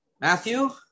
Matthew